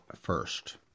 first